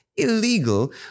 illegal